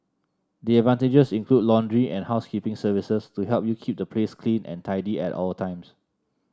the advantages include laundry and housekeeping services to help you keep the place clean and tidy at all times